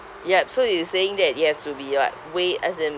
yup so you saying that you have to be what way as in